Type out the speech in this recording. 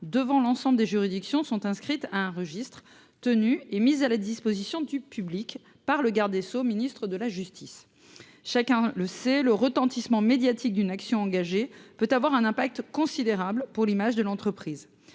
devant l’ensemble des juridictions sont inscrites à un registre tenu et mis à la disposition du public par le garde des sceaux, ministre de la justice. Le retentissement médiatique d’une action engagée peut avoir des effets considérables, voire destructeurs,